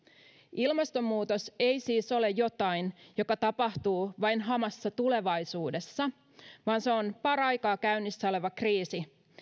ilmastonmuutos ei siis ole jotain joka tapahtuu vain hamassa tulevaisuudessa vaan se on paraikaa käynnissä oleva kriisi